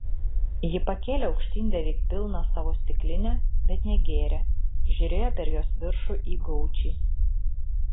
ji pakėlė aukštyn beveik pilną savo stiklinę bet negėrė žiūrėjo per jos viršų į gaučį